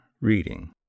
reading